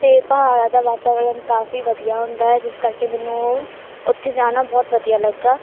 ਅਤੇ ਪਹਾੜਾਂ ਦਾ ਵਾਤਾਵਰਨ ਕਾਫੀ ਵਧੀਆ ਹੁੰਦਾ ਹੈ ਜਿਸ ਕਰਕੇ ਮੈਨੂੰ ਉਹ ਉੱਥੇ ਜਾਣਾ ਬਹੁਤ ਵਧੀਆ ਲੱਗਾ